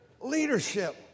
leadership